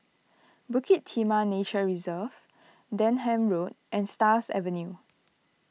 Bukit Timah Nature Reserve Denham Road and Stars Avenue